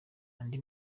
andi